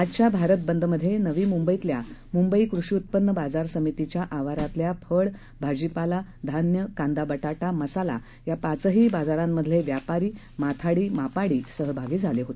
आजच्या भारत बंदमध्ये नवी मुंबईतल्या मुंबई कृषी उत्पन्न बाजार समितीच्या आवारातल्या फळ भाजीपाला धान्य कांदा बटाटा मसाला या पाचही बाजारांमधले व्यापारी माथाडी मापाडी सहभागी झाले आहेत